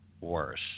worse